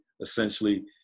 essentially